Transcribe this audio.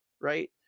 right